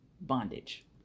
bondage